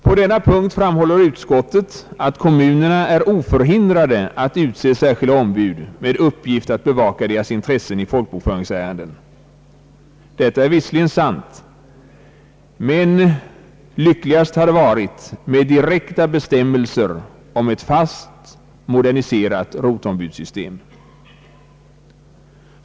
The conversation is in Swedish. På denna punkt framhåller utskottet att kommunerna är oförhindrade att utse särskilda ombud med uppgift att bevaka deras intressen i folkbokföringsärenden. Detta är visserligen sant, men lyckligast hade det varit med direkta bestämmelser om ett fast, moderniserat roteombudssystem.